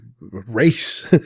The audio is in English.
race